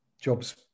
jobs